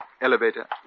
Elevator